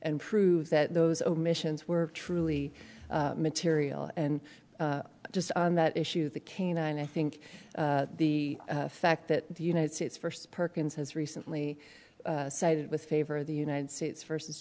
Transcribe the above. and prove that those omissions were truly material and just on that issue the canine i think the fact that the united states first perkins has recently sided with favor of the united states versus